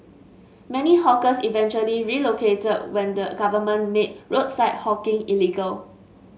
many hawkers eventually relocated when the government made roadside hawking illegal